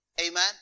Amen